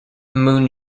moon